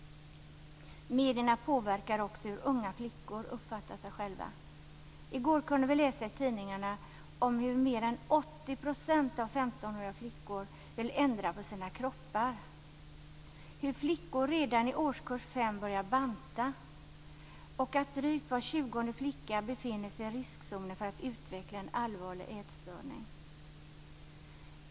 Medierna påverkar också hur unga flickor uppfattar sig själva. I går kunde vi läsa i tidningarna att mer än 80 % av alla femtonåriga flickor vill ändra på sina kroppar. Vi kunde läsa om hur flickor redan i årskurs fem börjar banta och om att drygt var tjugonde flicka befinner sig i riskzonen för att utveckla en allvarlig ätstörning.